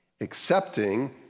accepting